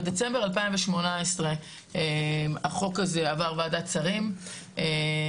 בדצמבר 2018 החוק הזה עבר ועדת שרים והממשלה